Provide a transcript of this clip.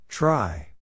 Try